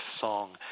song